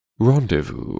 Rendezvous